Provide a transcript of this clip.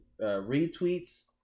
retweets